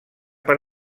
per